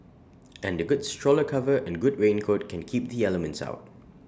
and A good stroller cover and good raincoat can keep the elements out